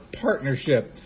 partnership